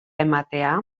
ematea